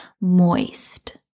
moist